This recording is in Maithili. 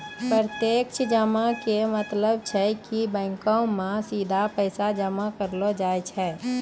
प्रत्यक्ष जमा के मतलब छै कि बैंको मे सीधा पैसा जमा करलो जाय छै